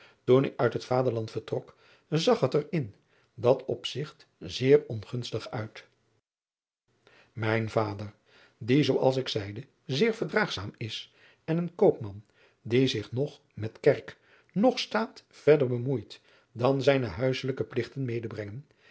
toen ik uit het vaderland vertrok zag het er in dat opzigt zeer ongunstig uit mijn vader adriaan loosjes pzn het leven van maurits lijnslager die zoo als ik zeide zeer verdraagzaam is en een koopman die zich noch met kerk noch staat verder bemoeit dan zijne huisfelijke pligten